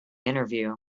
interview